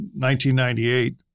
1998